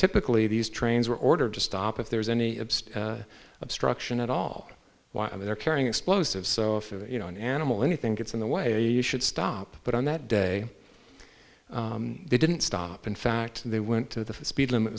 typically these trains were ordered to stop if there's any absurd obstruction at all while they're carrying explosives so if you know an animal anything gets in the way you should stop but on that day they didn't stop in fact they went to the speed limit